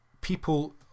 People